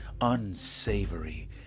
unsavory